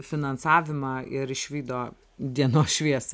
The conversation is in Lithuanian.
finansavimą ir išvydo dienos šviesą